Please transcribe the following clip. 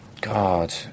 God